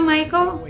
Michael